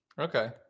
okay